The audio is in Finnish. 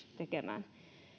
tekemään